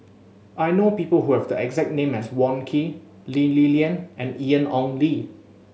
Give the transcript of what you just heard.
I know people who have the exact name as Wong Keen Lee Li Lian and Ian Ong Li